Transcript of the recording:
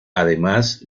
además